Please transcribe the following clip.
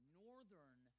northern